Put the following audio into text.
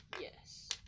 Yes